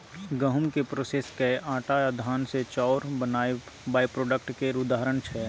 गहुँम केँ प्रोसेस कए आँटा आ धान सँ चाउर बनाएब बाइप्रोडक्ट केर उदाहरण छै